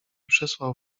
przysłał